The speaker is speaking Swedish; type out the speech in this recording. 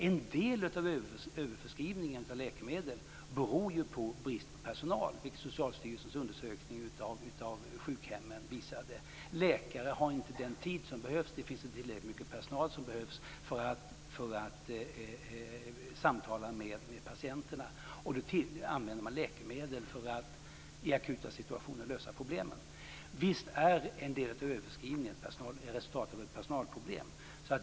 En del av överförskrivningen av läkemedel beror på brist på personal, vilket Socialstyrelsens undersökning av sjukhemmen visade. Läkare har inte den tid som behövs. Det finns inte tillräckligt mycket personal för att samtala med patienterna. Då använder man läkemedel för att i akuta situationer lösa problemen. Visst är en del av överförskrivningen resultatet av personalproblem.